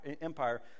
Empire